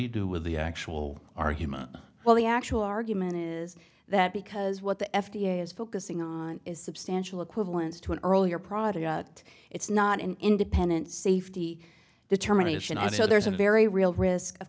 you do with the actual argument well the actual argument is that because what the f d a is focusing on is substantial equivalents to an earlier product that it's not an independent safety determination i said there's a very real risk of